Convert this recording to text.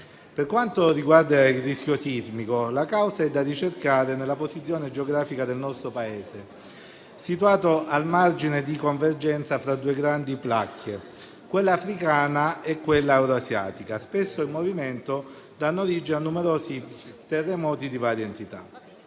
Per quanto riguarda il rischio sismico, la causa è da ricercare nella posizione geografica del nostro Paese, situato al margine di convergenza tra due grandi placche - quella africana e quella euroasiatica - spesso in movimento, dando origine a numerosi terremoti di varia entità.